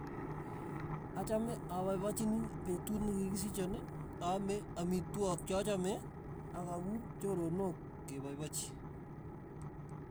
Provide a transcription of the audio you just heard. Achame apaipachini petut nekikisichon aame amitwogik chachame akakuur choronok kepaipachi.